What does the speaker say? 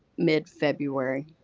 mid-february.